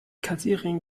kassiererin